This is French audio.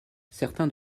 certains